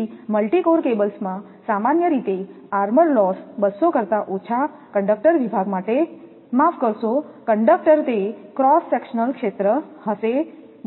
તેથી multi core કેબલ્સમાં સામાન્ય રીતે આર્મર લોસ 200 કરતા ઓછા કંડક્ટર વિભાગ માટે માફ કરશો કંડક્ટર તે ક્રોસ સેક્શનલ ક્ષેત્ર હશે